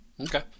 Okay